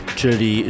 czyli